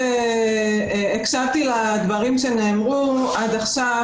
הקשבתי לדברים שנאמרו עד עכשיו,